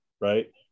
Right